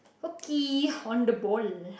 okie horn the ball